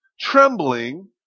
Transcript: Trembling